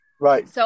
Right